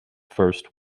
first